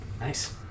nice